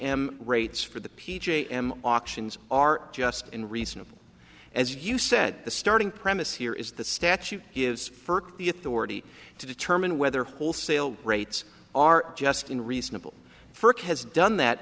j m rates for the p j m auctions are just and reasonable as you said the starting premise here is the statute gives firk the authority to determine whether wholesale rates are just unreasonable firk has done that